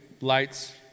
lights